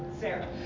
Sarah